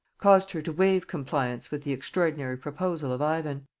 caused her to waive compliance with the extraordinary proposal of ivan.